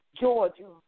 Georgia